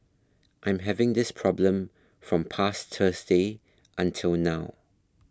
I'm having this problem from past Thursday until now